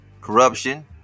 corruption